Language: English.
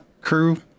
crew